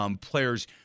players